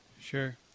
Sure